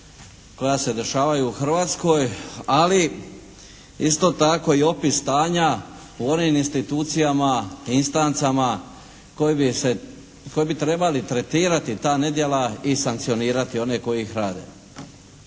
koja se dešavaju u Hrvatskoj, ali isto tako i opis stanja u onim institucijama, instancama koje bi trebali tretirati ta nedjela i sankcionirati one koji ih rade.